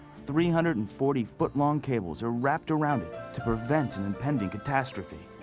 three hundred and forty foot long cables are wrapped around it to prevent an impending catastrophe,